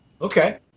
Okay